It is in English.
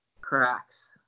cracks